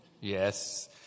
Yes